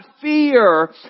fear